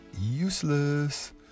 Useless